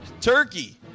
turkey